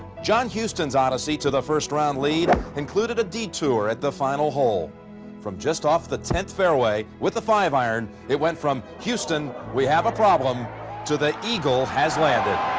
john houston's odyssey to the first round leader. included a detour at the final hole from just off the tenth fairway. with a five-iron. it went from houston. we have a problem to the eagle has landed.